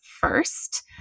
first